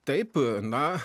taip na